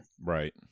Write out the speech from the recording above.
Right